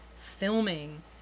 filming